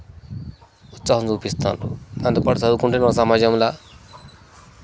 ఉత్సాహం చూపిస్తాన్రు దానితోపాటు చదువుకుంటేనే సమాజంలో